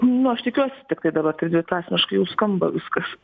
nu aš tikiuosi tiktai dabar pridėt asmeniškai skamba viskas